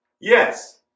Yes